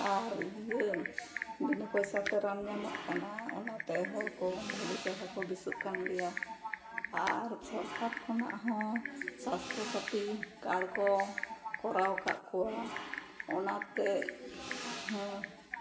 ᱟᱨ ᱤᱭᱟᱹ ᱵᱤᱱᱟᱹ ᱯᱚᱭᱥᱟ ᱛᱮ ᱨᱟᱱ ᱧᱟᱢᱚᱜ ᱠᱟᱱᱟ ᱚᱱᱟ ᱛᱮ ᱦᱚᱲᱠᱚ ᱵᱷᱟᱹᱜᱤ ᱪᱮᱦᱨᱟ ᱠᱚ ᱵᱮᱥᱚᱜ ᱠᱟᱱ ᱜᱮᱭᱟ ᱟᱨ ᱥᱚᱨᱠᱟᱨ ᱠᱷᱚᱱᱟᱜ ᱦᱚᱸ ᱥᱟᱥᱛᱷᱚᱥᱟᱛᱷᱤ ᱠᱟᱨᱰ ᱠᱚ ᱠᱚᱨᱟᱣ ᱟᱠᱟᱫ ᱠᱚᱣᱟ ᱚᱱᱟ ᱛᱮ ᱦᱚᱸ